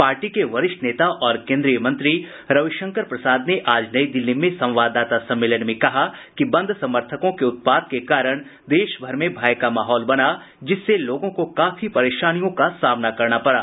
party के वरिष्ठ नेता और केन्द्रीय मंत्री रविशंकर प्रसाद ने आज नई दिल्ली में संवाददाता सम्मेलन में कहा कि बंद समर्थकों के उत्पात के कारण देशभर में भय का माहौल बना जिससे लोगों को काफी परेशानियों का सामना करना पड़ा